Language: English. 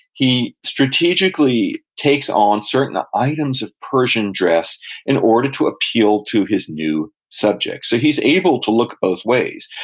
he strategically takes on certain ah items of persian dress in order to appeal to his new subjects. so he's able to look both ways,